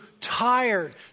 tired